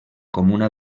comuna